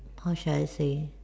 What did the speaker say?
how should I say